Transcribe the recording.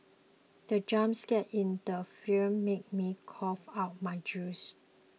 the jump scare in the film made me cough out my juice